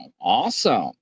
awesome